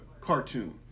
cartoon